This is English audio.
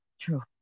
True